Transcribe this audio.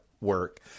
work